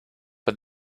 but